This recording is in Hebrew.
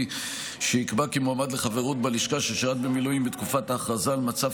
שיקבע כי מועמד לחברות בלשכה ששירת במילואים בתקופה ההכרזה על מצב